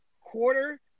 quarter